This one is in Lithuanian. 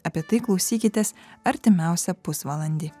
apie tai klausykitės artimiausią pusvalandį